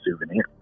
souvenir